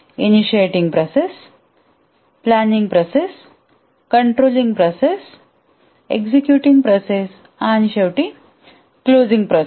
initiating process planning process controlling process executing process आणि शेवटी closing process